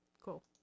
Cool